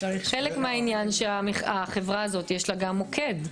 חלק מהעניין הוא שלחברה הזאת יש גם מוקד.